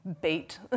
bait